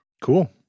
Cool